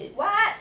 what